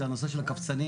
זה הנושא של הקבצנים.